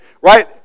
Right